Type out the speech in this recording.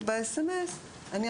במסרון שהוא מסכים לשלוח לי דוגמנית.